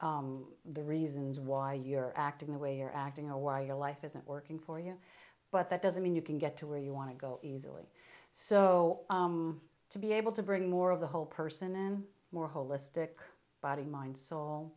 know the reasons why you're acting the way you're acting a why your life isn't working for you but that doesn't mean you can get to where you want to go easily so to be able to bring more of the whole person in more holistic body mind soul